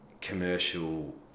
commercial